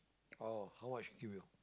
orh how much give you